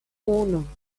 uno